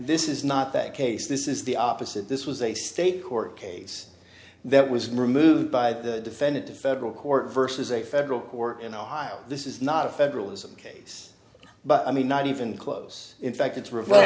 this is not that case this is the opposite this was a state court case that was removed by the defendant a federal court vs a federal court in ohio this is not a federalism case but i mean not even close in fact it's reversed